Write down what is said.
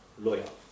loyal